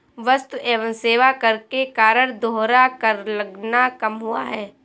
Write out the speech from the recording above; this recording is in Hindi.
वस्तु एवं सेवा कर के कारण दोहरा कर लगना कम हुआ है